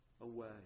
away